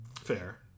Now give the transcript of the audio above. Fair